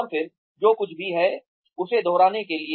और फिर जो कुछ भी है उसे दोहराने के लिए